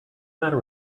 matter